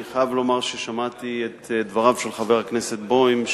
אני חייב לומר ששמעתי את דבריו של חבר הכנסת בוים,